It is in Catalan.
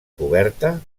coberta